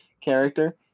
character